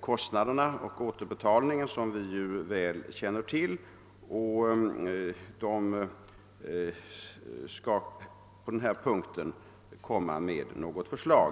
kostnaderna och återbetalningen, som vi väl känner till. Arbetsgruppen skall på den punkten komma med ett förslag.